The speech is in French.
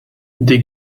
des